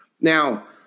Now